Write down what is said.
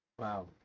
wow